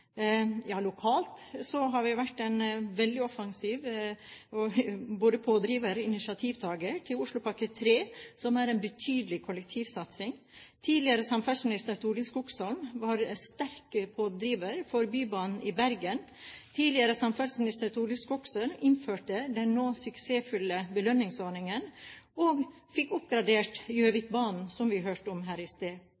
Lokalt har vi vært en veldig offensiv pådriver og initiativtaker til Oslopakke 3, som er en betydelig kollektivsatsing. Tidligere samferdselsminister Torild Skogsholm var en sterk pådriver for Bybanen i Bergen. Tidligere samferdselsminister Torild Skogsholm innførte også den nå suksessfulle belønningsordningen og fikk oppgradert